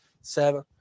seven